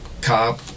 cop